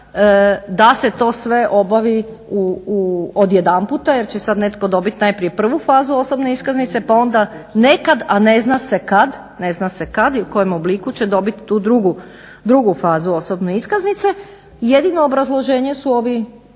da se to sve obavi odjedanput jer će sada netko dobiti najprije prvu fazu osobne iskaznice pa onda nekad, a ne zna se kad i u kojem obliku će dobiti tu drugu fazu osobne iskaznice. Jedino obrazloženje su ovo